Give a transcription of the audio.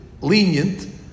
lenient